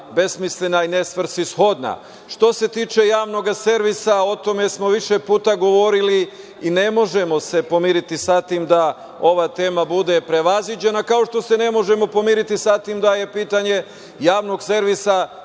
besmislena i nesvrsishodna. Što se tiče Javnog servisa, o tome smo više puta govorili i ne možemo se pomiriti sa tim da ova tema bude prevaziđena, kao što se ne možemo pomiriti sa tim da je pitanje Javnog servisa